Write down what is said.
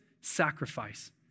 sacrifice